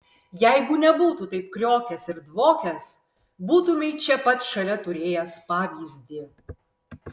jeigu nebūtų taip kriokęs ir dvokęs būtumei čia pat šalia turėjęs pavyzdį